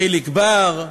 חיליק בר,